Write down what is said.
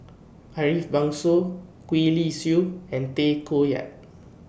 Ariff Bongso Gwee Li Sui and Tay Koh Yat